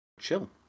Chill